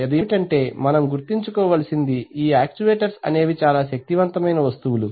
అదేమిటంటే మనము గుర్తుంచుకోవలసినది ఈ యాక్చువేటర్స్ అనేవి చాలా శక్తివంతమైన వస్తువులు